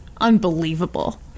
unbelievable